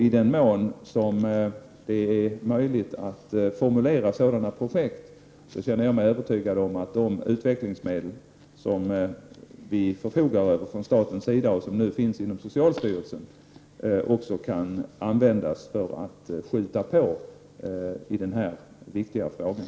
I den mån som det är möjligt att formulera sådana projekt, känner jag mig övertygad om att de utvecklingsmedel som vi förfogar över från statens sida och som nu finns inom socialstyrelsen också kan användas för att skjuta på i den här viktiga frågan.